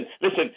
listen